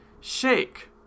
shake